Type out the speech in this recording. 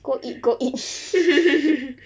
go eat go eat